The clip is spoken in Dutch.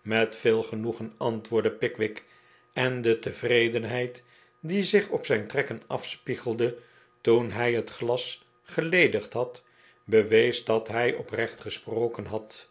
met veel genoegen antwoordde pickwick en de tevredenheid die zich op zijn trekken afspiegelde toen hij het glas geledigd had bewees dat hij oprecht gesproken had